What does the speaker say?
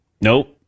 Nope